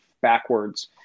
backwards